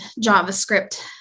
JavaScript